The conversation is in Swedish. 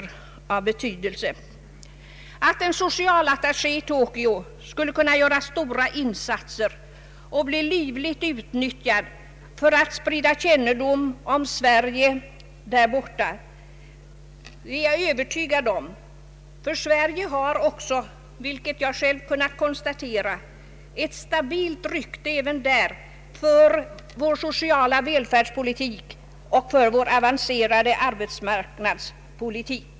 Jag är övertygad om att en socialattaché i Tokyo skulle kunna göra stora insatser och bli livligt utnyttjad för att i Japan och Fjärran Östern sprida kännedom om Sverige, ty Sverige har, vilket jag själv har kunnat konstatera, ett stabilt rykte även i Japan för sin sociala välfärdspolitik och avancerade arbetsmarknadspolitik.